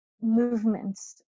movements